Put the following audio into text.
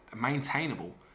maintainable